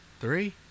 three